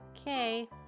Okay